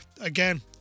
again